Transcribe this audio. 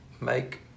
make